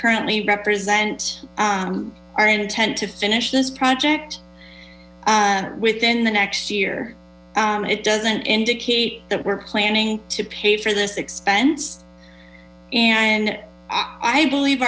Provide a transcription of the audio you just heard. currently represent our intent to finish this project within the next year it doesn't indicate that we're planning to pay for this expense and i believe